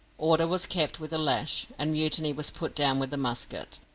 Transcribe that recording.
order was kept with the lash, and mutiny was put down with the musket.